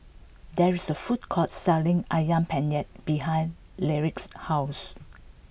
there is a food court selling Ayam Penyet behind Lyric's house